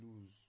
lose